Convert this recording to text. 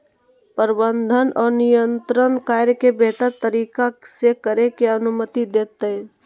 प्रबंधन और नियंत्रण कार्य के बेहतर तरीका से करे के अनुमति देतय